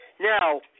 Now